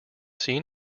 seen